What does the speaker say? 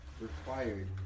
required